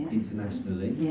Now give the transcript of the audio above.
internationally